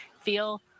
feel